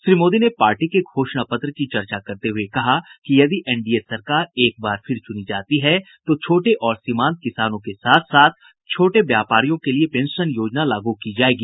श्री मोदी ने पार्टी के घोषणा पत्र की चर्चा करते हुए कहा कि यदि एनडीए सरकार एक बार फिर चुनी जाती है तो छोटे और सीमांत किसानों के साथ साथ छोटे व्यापारियों के लिये पेंशन योजना लागू की जायेगी